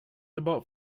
about